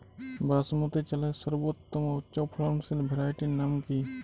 বাসমতী চালের সর্বোত্তম উচ্চ ফলনশীল ভ্যারাইটির নাম কি?